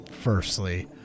firstly